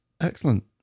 excellent